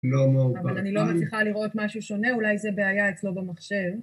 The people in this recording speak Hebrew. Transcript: אבל אני לא מצליחה לראות משהו שונה, אולי זה בעיה אצלו במחשב